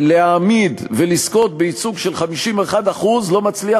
להעמיד ולזכות בייצוג של 51% לא מצליח